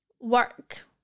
work